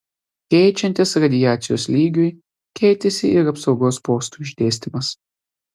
keičiantis radiacijos lygiui keitėsi ir apsaugos postų išdėstymas